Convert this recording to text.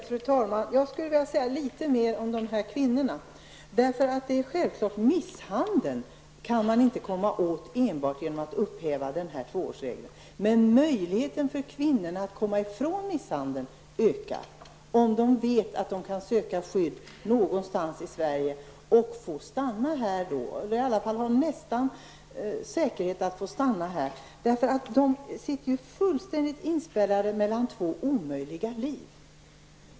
Fru talman! Jag skulle vilja säga litet mer om de här kvinnorna. Misshandel kan man inte komma åt enbart genom att upphäva 2-årsregeln, men möjligheten för kvinnorna att komma ifrån misshandel ökar, om de vet att de kan söka skydd någonstans i Sverige och att de med stor säkerhet får stanna i Sverige. Dessa kvinnor sitter fullständigt inspärrade mellan två omöjliga liv, utan kontakter i Sverige.